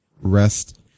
rest